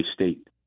state